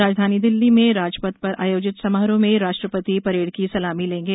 राजधानी दिल्ली में राजपथ पर आयोजित समारोह में राष्ट्रपति परेड की सलामी लेंगे